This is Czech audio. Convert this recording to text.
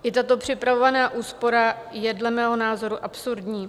I tato připravovaná úspora je dle mého názoru absurdní.